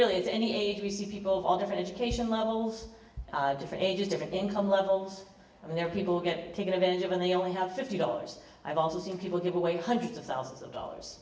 really is any age you see people of all different education levels different ages different income levels and there are people who get taken advantage of and they only have fifty dollars i've also seen people give away hundreds of thousands of dollars